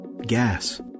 gas